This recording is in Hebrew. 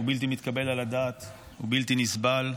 בלתי מתקבל על הדעת ובלתי נסבל,